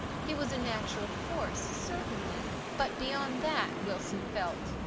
he was a natural force, certainly, but beyond that, wilson felt,